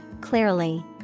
clearly